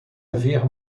haver